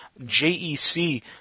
JEC